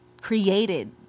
created